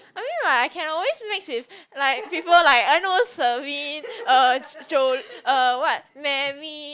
I mean like I can always mix with like people like I know Serene uh Jo uh what Mary